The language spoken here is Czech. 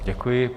Děkuji.